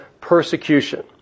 persecution